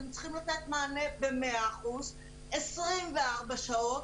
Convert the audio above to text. אתם צריכים לתת מענה במאה אחוז, 24 שעות,